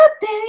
baby